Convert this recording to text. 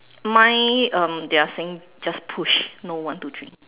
mine um they're saying just push no one two three